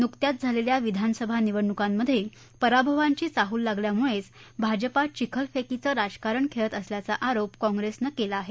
नुकत्याच झालेल्या विधानसभा निवडणुकात पराभवाची चाहूल लागल्यामुळंच भाजपा चिखतफेकीचं राजकारण खेळत असल्याचा आरोप काँप्रेसनं केला आहे